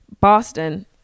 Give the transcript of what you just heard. boston